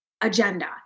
agenda